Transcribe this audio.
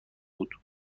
بود